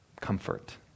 comfort